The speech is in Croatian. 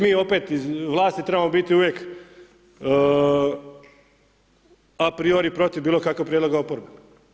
Niti mi opet iz vlasti trebamo biti uvijek a priori protiv bilo kakvog prijedloga oporbe.